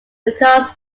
because